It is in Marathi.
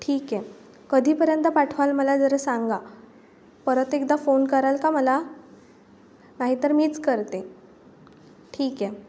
ठीक आहे कधीपर्यंत पाठवाल मला जरा सांगा परत एकदा फोन कराल का मला नाहीतर मीच करते ठीक आहे